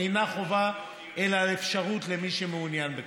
אינה חובה אלא אפשרות למי שמעוניין בכך.